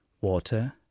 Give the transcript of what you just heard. Water